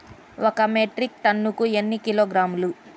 ఒక మెట్రిక్ టన్నుకు ఎన్ని కిలోగ్రాములు?